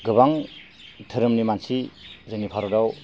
गोबां धोरोमनि मानसि जोंनि भारताव